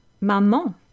Maman